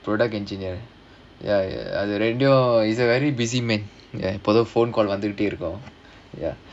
product engineer ya ya அது ரெண்டும்:adhu rendum he's a very busy man ya எப்பயும்:eppayum phone call வந்துட்டே இருக்கும்:vandhuttae irukkum ya